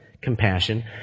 compassion